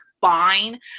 fine